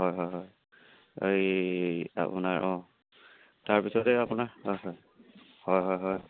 হয় হয় হয় এই আপোনাৰ অঁ তাৰপিছতে আপোনাৰ হয় হয় হয় হয় হয়